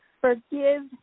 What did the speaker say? forgive